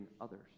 others